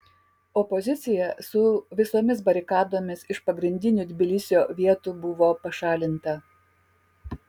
opozicija su visomis barikadomis iš pagrindinių tbilisio vietų buvo pašalinta